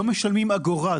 הם לא משלמים אגורה.